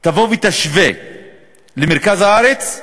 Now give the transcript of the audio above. תבוא ותשווה למרכז הארץ,